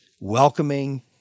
welcoming